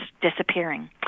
disappearing